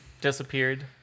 disappeared